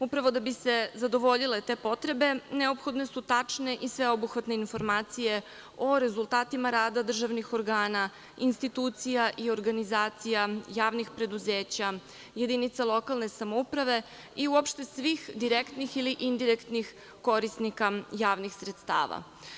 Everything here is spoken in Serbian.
Upravo da bi se zadovoljile te potrebe, neophodne su tačne i sveobuhvatne informacije o rezultatima rada državnih organa, institucija i organizacija, javnih preduzeća, jedinica lokalne samouprave i uopšte svih direktnih ili indirektnih korisnika javnih sredstava.